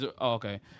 Okay